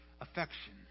affection